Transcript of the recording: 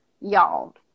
y'all